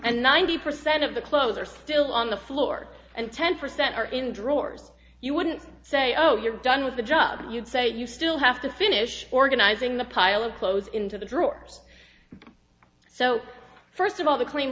and ninety percent of the clothes are still on the floor and ten percent are in drawers you wouldn't say oh you're done with the job you'd say you still have to finish organizing the pile of clothes into the drawers so first of all the clean